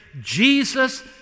Jesus